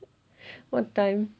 what time